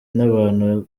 n’abantu